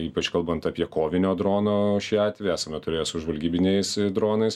ypač kalbant apie kovinio drono šį atvejį esame turėję su žvalgybiniais dronais